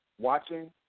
watching